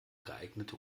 geeignete